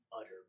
utter